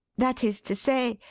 that is to say,